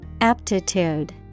Aptitude